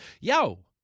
Yo